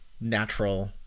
natural